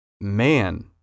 Man